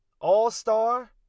all-star